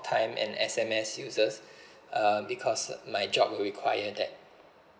time and S_M_S uses uh because my job would require that